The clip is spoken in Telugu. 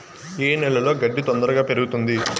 ఏ నేలలో గడ్డి తొందరగా పెరుగుతుంది